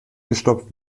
gestoppt